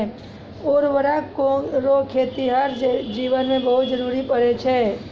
उर्वरक रो खेतीहर जीवन मे बहुत जरुरी पड़ै छै